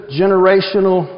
generational